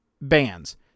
bands